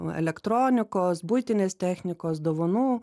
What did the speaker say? elektronikos buitinės technikos dovanų